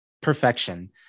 perfection